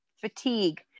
fatigue